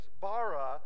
bara